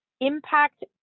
impact